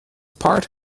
part